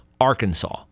Arkansas